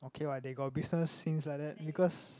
okay what they got business since like that because